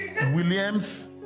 Williams